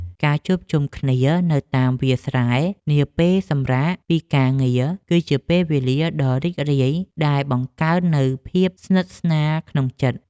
ការជួបជុំគ្នានៅតាមវាលស្រែនាពេលសម្រាកពីការងារគឺជាពេលវេលាដ៏រីករាយដែលបង្កើននូវភាពស្និទ្ធស្នាលក្នុងចិត្ត។